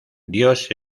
dios